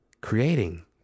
creating